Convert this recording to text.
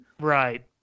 Right